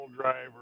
driver